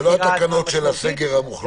אלו לא התקנות של הסגר המוחלט.